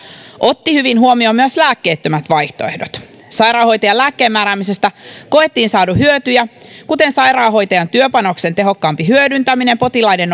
otti hyvin huomioon myös lääkkeettömät vaihtoehdot sairaanhoitajan lääkkeenmääräämisestä koettiin saadun hyötyjä kuten sairaanhoitajan työpanoksen tehokkaampi hyödyntäminen potilaiden